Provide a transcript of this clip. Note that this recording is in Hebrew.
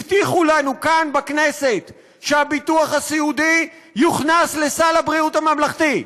הבטיחו לנו כאן בכנסת שהביטוח הסיעודי יוכנס לסל הבריאות הממלכתי.